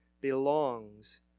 belongs